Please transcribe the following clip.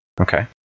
Okay